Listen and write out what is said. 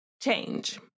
Change